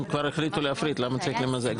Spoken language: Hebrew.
אז אם כבר החליטו להפריד למה צריך למזג?